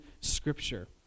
Scripture